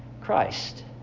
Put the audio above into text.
Christ